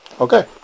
Okay